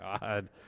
God